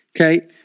Okay